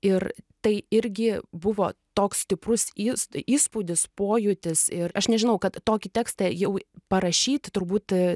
ir tai irgi buvo toks stiprus įs įspūdis pojūtis ir aš nežinau kad tokį tekstą jau parašyti turbūt